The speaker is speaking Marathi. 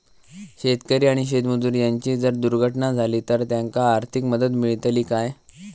शेतकरी आणि शेतमजूर यांची जर दुर्घटना झाली तर त्यांका आर्थिक मदत मिळतली काय?